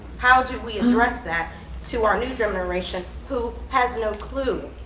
how do we address that to our new generation who has no clue,